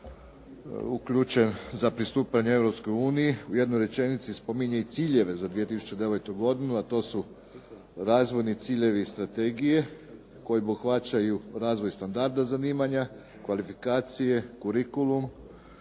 uključen za pristupanje Europskoj uniji u jednoj rečenici spominje i ciljeve za 2009. godinu, a to su razvojni ciljevi strategije koji obuhvaćaju razvoj standarda zanimanja, kvalifikacije, kurikulum,